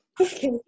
okay